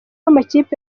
amakipe